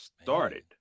started